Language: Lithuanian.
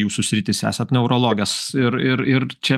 jūsų sritis esat neurologas ir ir ir čia